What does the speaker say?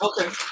Okay